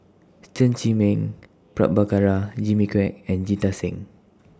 Chen Zhiming Prabhakara Jimmy Quek and Jita Singh